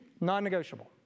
Non-negotiable